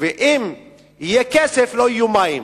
ואם יהיה כסף, לא יהיו מים.